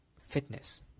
fitness